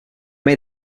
made